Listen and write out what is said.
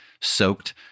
soaked